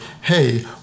hey